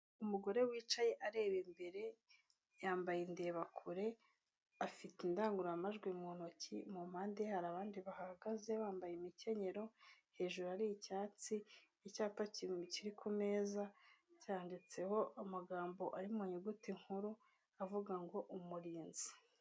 Umugore wicaye areba imbere yambaye indebakure afite indangururamajwi mu ntoki, mu mpande hari abandi bahagaze bambaye imikenyero hejuru ari icyatsi. Icyapa kiri ku meza cyanditseho amagambo ari mu nyuguti nkuru avuga ngo umurinzi.